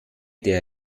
der